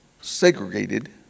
segregated